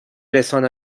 رسانه